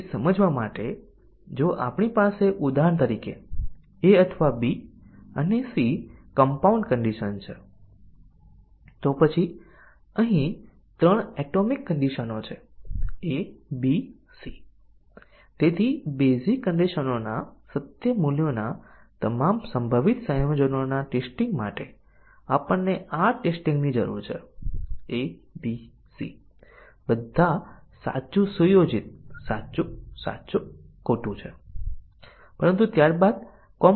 basic condition ના કવરેજમાં condition અભિવ્યક્તિની એટોમિક કન્ડિશન સાચા અને ખોટા મૂલ્યો પ્રાપ્ત કરે છે કન્ડિશન અભિવ્યક્તિની બધી એટોમિક કન્ડિશન ટેસ્ટીંગ ના કેસોના અમલ દ્વારા સાચા અને ખોટા મૂલ્યો ધારણ કરવા માટે બનાવવામાં આવે છે